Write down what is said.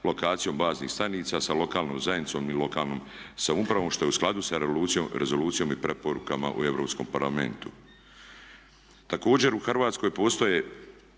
lokacijom baznih stanica sa lokalnom zajednicom i lokalnom samoupravom što je u skladu sa rezolucijom i preporukama u Europskom parlamentu. Također u Hrvatskoj postoje